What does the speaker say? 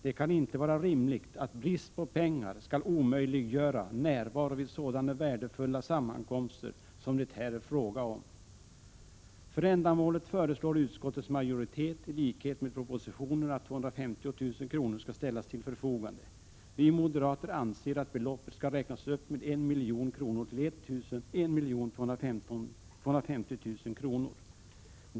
Det kan inte vara rimligt att brist på pengar omöjliggör närvaro vid sådana värdefulla sammankomster som det här är fråga om. För ändamålet föreslår utskottets majoritet liksom statsrådet i propositionen att 250 000 kr. skall ställas till förfogande. Vi moderater anser att beloppet skall räknas upp med en miljon kronor till 1 250 000 kr.